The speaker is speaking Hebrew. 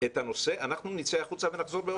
את הנושא, אנחנו נצא החוצה ונחזור בעוד שעה.